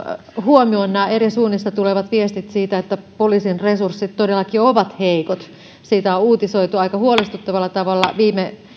huomioon nämä eri suunnista tulevat viestit siitä että poliisin resurssit todellakin ovat heikot siitä on uutisoitu aika huolestuttavalla tavalla viime